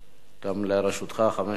גם לרשותך חמש דקות.